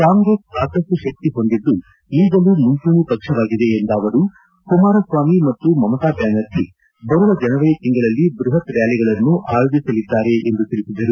ಕಾಂಗ್ರೆಸ್ ಸಾಕಷ್ಟು ಶಕ್ತಿ ಹೊಂದಿದ್ದು ಈಗಲೂ ಮುಂಚೂಣಿ ಪಕ್ಷವಾಗಿದೆ ಎಂದ ಅವರು ಕುಮಾರಸ್ವಾಮಿ ಮತ್ತು ಮಮತಾ ಬ್ದಾನರ್ಜಿ ಬರುವ ಜನವರಿ ತಿಂಗಳಲ್ಲಿ ಬೃಹತ್ ರ್ಕಾಲಿಗಳನ್ನು ಆಯೋಜಿಸಲಿದ್ದಾರೆ ಎಂದು ತಿಳಿಸಿದರು